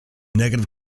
negative